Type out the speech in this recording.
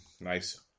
Nice